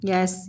Yes